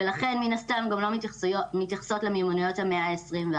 ולכן מן הסתם גם לא מתייחסות למיומנויות המאה ה-21,